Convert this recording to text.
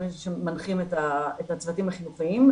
הם אלה שמנחים את הצוותים החינוכיים.